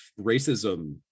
racism